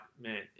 man